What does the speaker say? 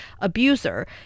abuser